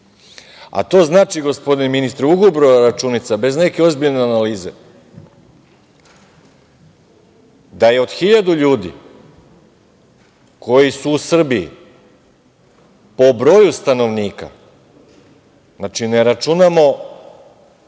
znači gospodine ministre, u grubo računica, bez neke ozbiljne analize, da je od 1.000 ljudi koji su u Srbiji po broju stanovnika, znači ne računamo